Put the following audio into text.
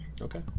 Okay